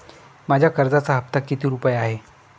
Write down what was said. माझ्या कर्जाचा हफ्ता किती रुपये आहे?